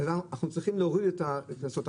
אנחנו צריכים להוריד את הקנסות,